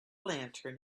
lantern